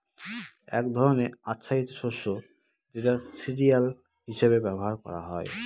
এক ধরনের আচ্ছাদিত শস্য যেটা সিরিয়াল হিসেবে ব্যবহার করা হয়